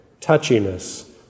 touchiness